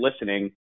listening